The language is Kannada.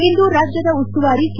ಇಂದು ರಾಜ್ಯದ ಉಸ್ತುವಾರಿ ಕೆ